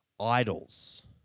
idols